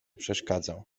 przeszkadzał